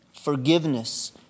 forgiveness